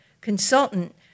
consultant